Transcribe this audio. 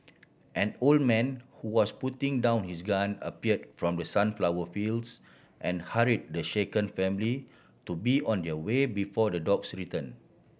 an old man who was putting down his gun appeared from the sunflower fields and hurry the shaken family to be on their way before the dogs return